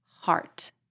heart